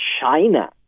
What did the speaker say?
China